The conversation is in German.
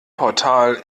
portal